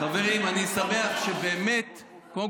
חברים, אני שמח שבאמת קודם